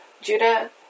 Judah